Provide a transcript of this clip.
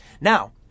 Now